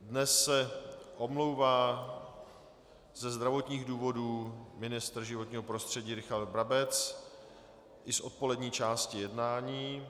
Dnes se omlouvá ze zdravotních důvodů ministr životního prostředí Richard Brabec i z odpolední části jednání.